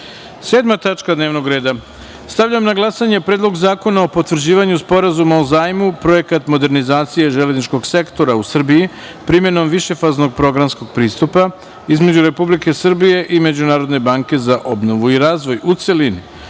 tačka dnevnog reda – Stavljam na glasanje Predlog zakona o potvrđivanju Sporazuma o zajmu (Projekat modernizacije železničkog sektora u Srbiji primenom višefaznog programskog pristupa) između Republike Srbije i Međunarodne banke za obnovu i razvoj, u celini. Molim